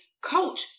coach